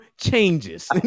changes